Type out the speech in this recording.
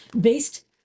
based